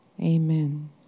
Amen